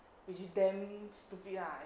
which is damn stupid lah